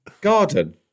Garden